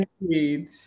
Indeed